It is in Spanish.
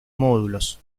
módulos